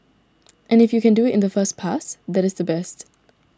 and if you can do it in the first pass that is the best